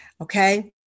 okay